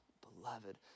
Beloved